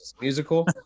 Musical